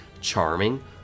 charming